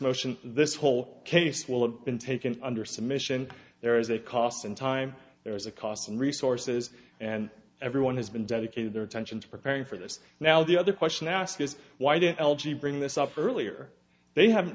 motion this whole case will have been taken under submission there is a cost and time there is a cost and resources and everyone has been dedicated their attention to preparing for this now the other question i ask is why did l g bring this up earlier they haven't